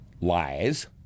lies